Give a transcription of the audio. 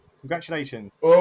congratulations